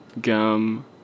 gum